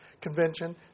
convention